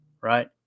right